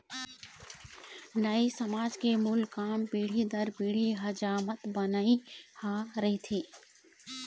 नाई समाज के मूल काम पीढ़ी दर पीढ़ी हजामत बनई ह रहिथे